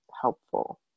helpful